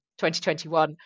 2021